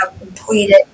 completed